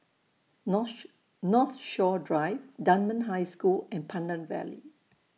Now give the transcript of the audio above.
Northshore Drive Dunman High School and Pandan Valley